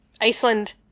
Iceland